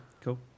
cool